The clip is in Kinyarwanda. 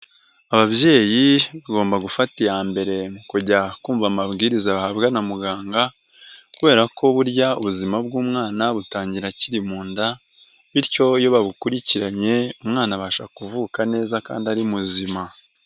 Ababyeyi bagomba gufata iya mbere, mu kujya kumva amabwiriza bahabwa na muganga kubera ko burya ubuzima bw'umwana, butangira akiri mu nda bityo iyo babukurikiranye umwana, abasha kuvuka neza kandi ari muzima.